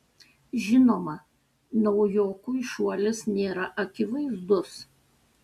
žinoma naujokui šuolis nėra akivaizdus